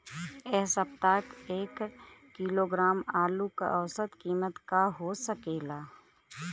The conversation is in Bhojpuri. एह सप्ताह एक किलोग्राम आलू क औसत कीमत का हो सकेला?